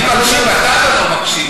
אני מקשיב, אתה לא מקשיב.